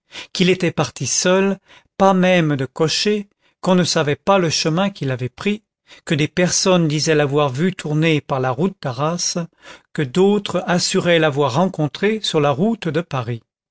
qu'il était parti seul pas même de cocher qu'on ne savait pas le chemin qu'il avait pris que des personnes disaient l'avoir vu tourner par la route d'arras que d'autres assuraient l'avoir rencontré sur la route de paris